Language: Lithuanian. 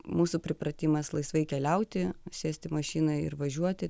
mūsų pripratimas laisvai keliauti sėst į mašiną ir važiuoti